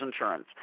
insurance